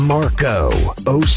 Marco